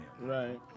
Right